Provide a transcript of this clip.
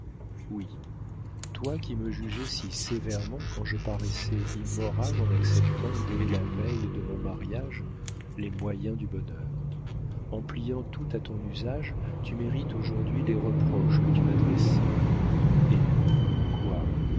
oui toi qui me jugeais si sévèrement quand je paraissais immorale en acceptant dès la veille de mon mariage les moyens du bonheur en pliant tout à ton usage tu mérites aujourd'hui les reproches que tu m'adressais eh quoi